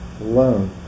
alone